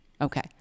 okay